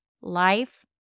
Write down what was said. life